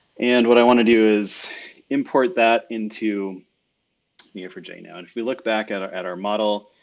and what i wanna do is import that into new virginia. and if we look back at our at our model,